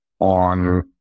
on